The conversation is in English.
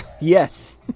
Yes